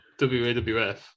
WAWF